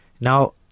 Now